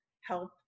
help